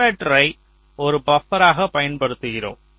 இன்வெர்ட்டரை ஒரு பப்பராக பயன்படுத்துகிறோம்